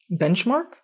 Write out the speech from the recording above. benchmark